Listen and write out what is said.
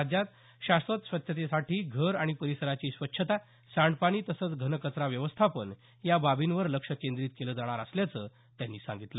राज्यात शाश्वत स्वच्छतासाठी घर आणि परिसराची स्वच्छता सांडपाणी तसंच घनकचरा व्यवस्थापन या बाबींवर लक्ष केंद्रीत केलं जाणार असल्याचं त्यांनी सांगितलं